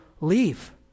leave